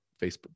Facebook